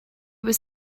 was